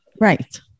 Right